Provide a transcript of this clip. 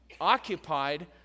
occupied